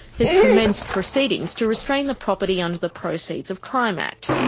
has commenced proceedings to restrain the property under the proceeds of crime act.